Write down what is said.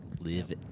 live